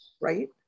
Right